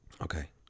okay